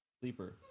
sleeper